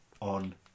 on